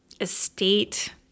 estate